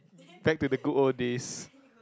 back to the good old days